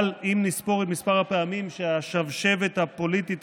אבל אם נספור את מספר הפעמים שהשבשבת הפוליטית,